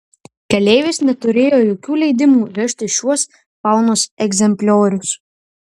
keleivis neturėjo jokių leidimų vežti šiuos faunos egzempliorius